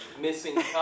missing